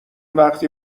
وقتی